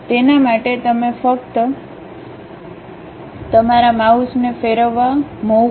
તેના માટે તમે ફક્ત તમારા માઉસને ફેરવવા મુવ કરો